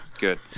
good